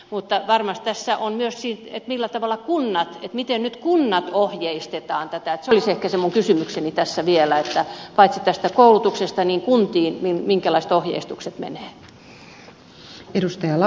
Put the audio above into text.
mutta varmasteessa on myös siitä millä tavalla kunnat miten nyt kunnat ohjeistetaan tässä se olisi ehkä minun kysymykseni vielä eli paitsi koulutuksesta minkälaiset ohjeistukset menevät kuntiin